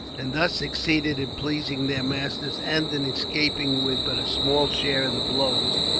and thus succeeded in pleasing their masters, and in escaping with but a small share of the blows,